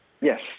Yes